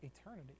eternity